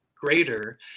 greater